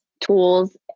tools